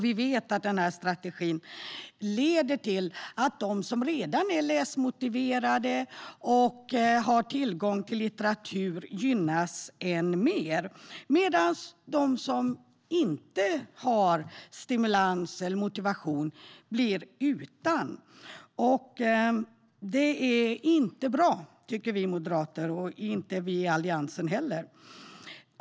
Vi vet att den här strategin leder till att de som redan är läsmotiverade och har tillgång till litteratur gynnas än mer, medan de som inte har stimulans eller motivation blir utan. Det är inte bra, tycker vi moderater och Alliansen.